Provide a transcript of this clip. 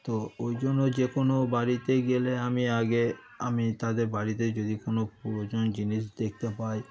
তো ওই জন্য যে কোনো বাড়িতে গেলে আমি আগে আমি তাদের বাড়িতে যদি কোনো প্রয়োজনের জিনিস দেখতে পাই